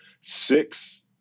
six